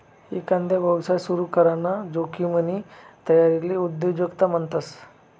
एकांदा यवसाय सुरू कराना जोखिमनी तयारीले उद्योजकता म्हणतस